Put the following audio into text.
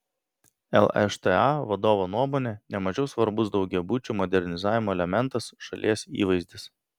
lšta vadovo nuomone ne mažiau svarbus daugiabučių modernizavimo elementas šalies įvaizdis